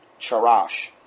charash